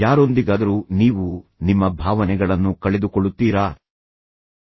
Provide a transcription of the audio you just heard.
ಯಾರೊಂದಿಗಾದರೂ ನೀವು ನಿಮ್ಮ ಭಾವನೆಗಳನ್ನು ಕಳೆದುಕೊಳ್ಳುತ್ತೀರಾ ಕೆಲವು ಜನರೊಂದಿಗೆ ಮಾತ್ರ ನೀವು ಅದನ್ನು ನಿಯಂತ್ರಿಸಲು ಸಾಧ್ಯವಾಗುತ್ತದೆ